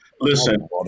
Listen